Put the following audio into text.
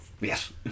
Yes